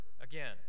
again